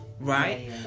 right